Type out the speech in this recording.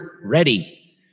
ready